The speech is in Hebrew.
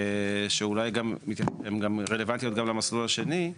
שאולי הן גם רלוונטיות למסלול השני,